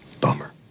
bummer